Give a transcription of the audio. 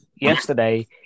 yesterday